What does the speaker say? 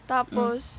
Tapos